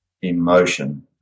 emotion